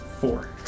four